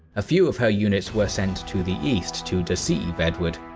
a few of her units were sent to the east to deceive edward,